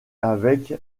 avec